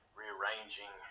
rearranging